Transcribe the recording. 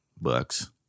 Bucks